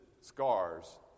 scars